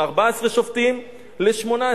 מ-14 שופטים ל-18